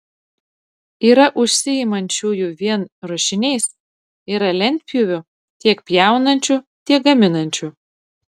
yra užsiimančiųjų vien ruošiniais yra lentpjūvių tiek pjaunančių tiek gaminančių